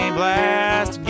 blast